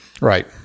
Right